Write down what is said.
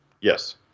Yes